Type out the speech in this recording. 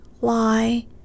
lie